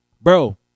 Bro